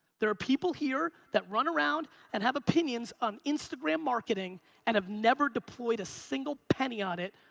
there are people here that run around and have opinions on instagram marketing and have never deployed a single penny on it,